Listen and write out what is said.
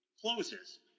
closes